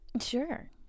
Sure